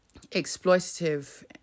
exploitative